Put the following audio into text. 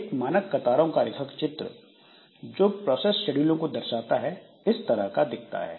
एक मानक कतारों का रेखाचित्र जो प्रोसेस शेड्यूलिंग को दर्शाता है इस तरह का दिखता है